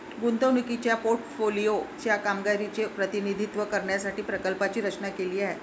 गुंतवणुकीच्या पोर्टफोलिओ च्या कामगिरीचे प्रतिनिधित्व करण्यासाठी प्रकल्पाची रचना केली आहे